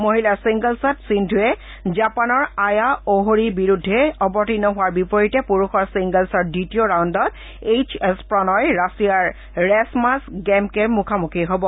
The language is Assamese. মহিলাৰ ছিংগলছত সিন্ধুৱে জাপানৰ আয়া অ'হৰিৰ বিৰুদ্ধে অৱতীৰ্ণ হোৱাৰ বিপৰীতে পুৰুষৰ ছিংগলছৰ দ্বিতীয় ৰাউণ্ডত এইচ এছ প্ৰণয় ৰাছিয়াৰ ৰেছমাছ গেমকেৰ মুখামুখী হ'ব